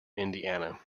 indiana